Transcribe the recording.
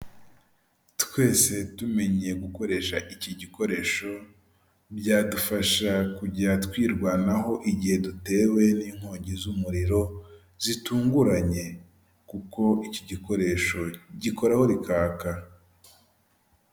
Twese tumenye gukoresha iki gikoresho byadufasha kujya twirwanaho igihe dutewe n'inkongi z'umuriro zitunguranye kuko iki gikoresho gikoraho rikaka .